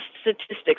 statistics